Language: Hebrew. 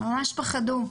ממש פחדו.